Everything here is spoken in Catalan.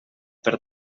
per